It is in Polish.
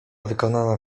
wykonana